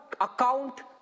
account